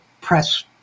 press